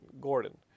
Gordon